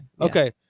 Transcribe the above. okay